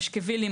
פשקווילים,